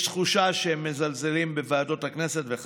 יש תחושה שהם מזלזלים בוועדות הכנסת, וחבל,